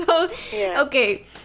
Okay